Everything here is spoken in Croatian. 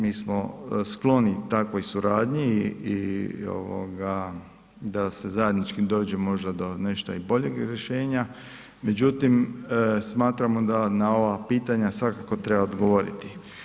Mi smo skloni takvoj suradnji i ovoga da se zajednički dođe možda do nešto o boljeg rješenja, međutim smatramo da na ova pitanja svakako treba odgovoriti.